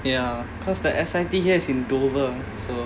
ya because the S_I_T here is in dover so